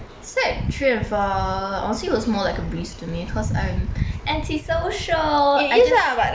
sec three and four honestly was more like a breeze to me cause I'm anti social I just